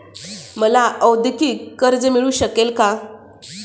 मला औद्योगिक कर्ज मिळू शकेल का?